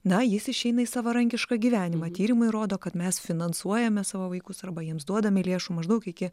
na jis išeina į savarankišką gyvenimą tyrimai rodo kad mes finansuojame savo vaikus arba jiems duodame lėšų maždaug iki